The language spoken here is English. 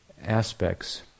Aspects